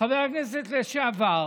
חבר הכנסת לשעבר